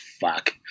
fuck